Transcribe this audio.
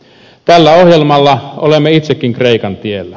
tällä ohjelmalla olemme itsekin kreikan tiellä